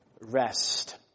rest